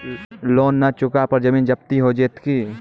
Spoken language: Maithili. लोन न चुका पर जमीन जब्ती हो जैत की?